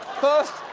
first,